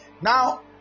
Now